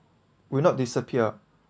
will not disappear